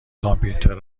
کامپیوتر